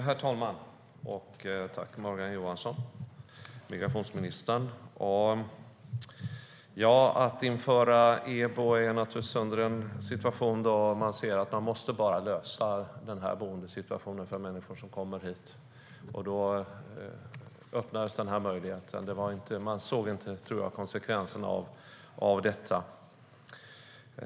Herr talman! Tack, migrationsminister Morgan Johansson! När det gäller införandet av EBO var det naturligtvis en situation då man såg att man måste lösa boendesituationen för människor som kommer hit. Då öppnades den möjligheten. Man såg inte, tror jag, konsekvenserna av detta.